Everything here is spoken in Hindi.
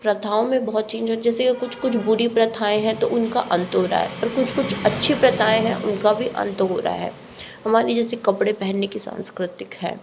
प्रथाओं में बहुत चेंज हुआ है जैसे कुछ कुछ बुरी प्रथाएं हैं तो उनका अंत हो रहा है कुछ कुछ अच्छी प्रथाएं हैं उनका भी अंत हो रहा है हमारे जैसे कपड़े पहने की सांस्कृतिक है